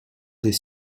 des